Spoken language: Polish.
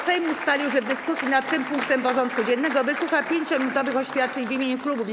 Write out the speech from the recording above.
Sejm ustalił, że w dyskusji nad tym punktem porządku dziennego wysłucha 5-minutowych oświadczeń w imieniu klubów i kół.